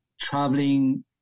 traveling